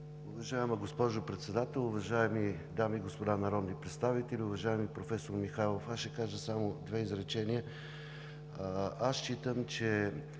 Уважаема госпожо Председател, уважаеми дами и господа народни представители! Уважаеми професор Михайлов, аз ще кажа само две изречения. Считам, че